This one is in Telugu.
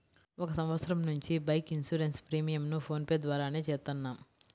ఒక సంవత్సరం నుంచి బైక్ ఇన్సూరెన్స్ ప్రీమియంను ఫోన్ పే ద్వారానే చేత్తన్నాం